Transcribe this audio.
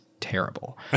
terrible